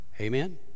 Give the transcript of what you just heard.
Amen